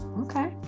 okay